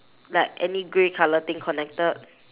like any grey colour thing connected